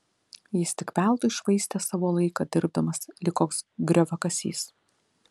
jis tik veltui švaistė savo laiką dirbdamas lyg koks grioviakasys